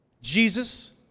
Jesus